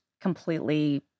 completely